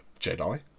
Jedi